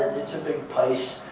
it's a big place.